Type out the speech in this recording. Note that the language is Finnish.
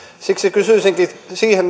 siksi kysyisinkin siihen